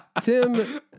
Tim